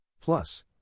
Plus